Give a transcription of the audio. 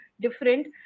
different